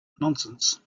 nonsense